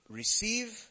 receive